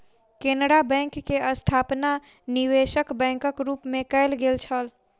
Canara bank के स्थापना निवेशक बैंकक रूप मे कयल गेल छल